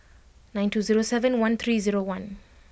nine two zero seven one three zero one